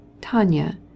Tanya